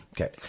Okay